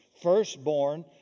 firstborn